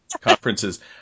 conferences